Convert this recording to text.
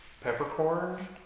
peppercorn